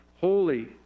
holy